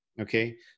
okay